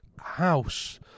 house